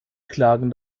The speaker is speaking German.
klagen